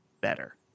better